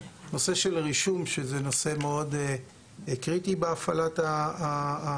נושא של רישום שזה נושא מאוד קריטי בהפעלת המשל"ט,